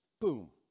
boom